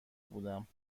بودم